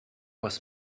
was